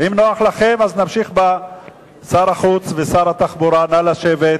שר החוץ ושר התחבורה, נא לשבת.